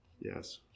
yes